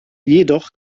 jedoch